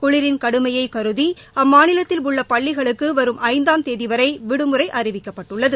குளிரின் கடுமையை கருதி அம்மாநிலத்தில் உள்ள பள்ளிகளுக்கு வரும் ஐந்தாம் தேதி வரை விடுமுறை அறிவிக்கப்பட்டுள்ளது